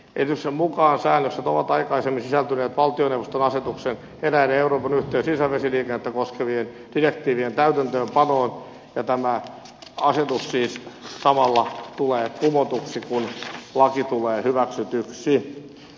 esityksen mukaan säännökset ovat aikaisemmin sisältyneet valtioneuvoston asetuksen eräiden euroopan yhteistä sisävesiliikennettä koskevien direktiivien täytäntöönpanoon ja tämä asetus tulee siis samalla kumotuksi kun laki tulee hyväksytyksi